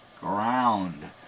ground